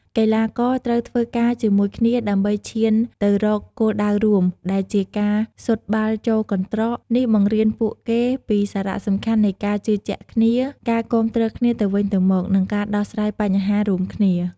កីឡាករត្រូវធ្វើការជាមួយគ្នាដើម្បីឈានទៅរកគោលដៅរួម ដែលជាការស៊ុតបាល់ចូលកន្ត្រក នេះបង្រៀនពួកគេពីសារៈសំខាន់នៃការជឿជាក់គ្នា ការគាំទ្រគ្នាទៅវិញទៅមក និងការដោះស្រាយបញ្ហារួមគ្នា។